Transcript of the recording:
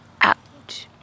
out